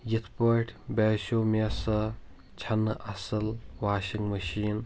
یِتھ پٲٹھۍ باسیو مے سۄ چھنہٕ اَصٕل واشِنٛگ مٔشیٖن